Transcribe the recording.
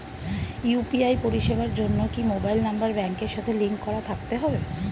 UPI পরিষেবার জন্য কি মোবাইল নাম্বার ব্যাংকের সাথে লিংক করা থাকতে হবে?